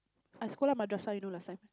I screw up madrasah you know last time